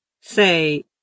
say